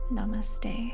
Namaste